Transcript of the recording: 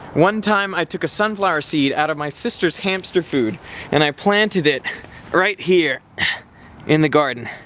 one time i took a sunflower seed out of my sister's hamster food and i planted it right here in the garden,